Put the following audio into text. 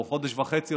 או חודש וחצי,